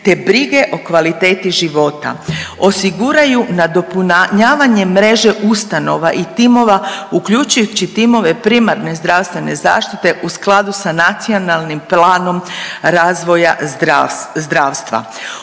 te brige o kvaliteti života, osiguraju nadopunjavanje mreže ustanova i timova uključivši timove primarne zdravstvene zaštite u skladu sa Nacionalnim planom razvoja zdravstva,